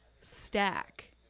stack